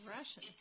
Russian